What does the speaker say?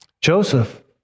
Joseph